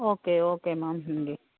okay okay ma'am